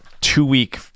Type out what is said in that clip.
two-week